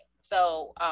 So-